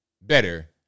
better